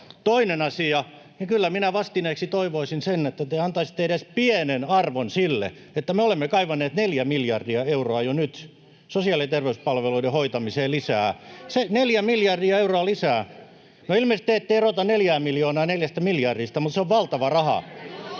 Toinen asia: kyllä minä vastineeksi toivoisin, että te antaisitte edes pienen arvon sille, että me olemme kaivaneet neljä miljardia euroa lisää jo nyt sosiaali- ja terveyspalveluiden hoitamiseen. Neljä miljardia euroa lisää — no, ilmeisesti te ette erota neljää miljoonaa neljästä miljardista, mutta se on valtava raha